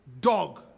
dog